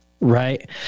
right